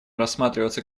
рассматриваться